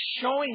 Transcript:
showing